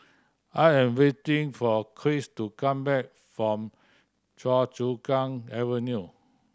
I am waiting for Kris to come back from Choa Chu Kang Avenue